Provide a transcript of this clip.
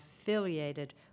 affiliated